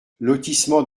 lotissement